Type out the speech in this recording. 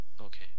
okay